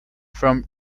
from